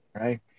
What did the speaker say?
right